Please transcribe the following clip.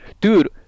dude